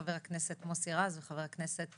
חבר הכנסת מוסי רז וחבר הכנסת